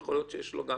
יכול להיות שיש לו גם